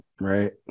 Right